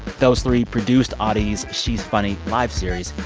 those three produced audie's she's funny live series.